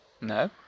No